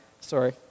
Sorry